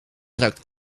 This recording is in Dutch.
ruikt